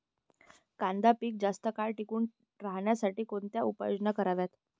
कांदा पीक जास्त काळ टिकून राहण्यासाठी कोणत्या उपाययोजना कराव्यात?